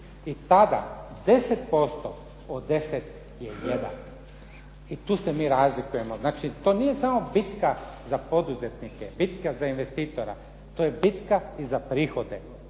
I tada 10% od 10 je jedan. I tu se mi razlikujemo. Znači tu nije samo bitka za poduzetnike, bitka za investitora. To je bitka za prihode.